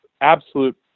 absolute